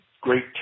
great